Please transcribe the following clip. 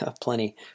Plenty